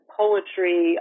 poetry